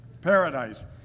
paradise